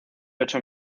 ocho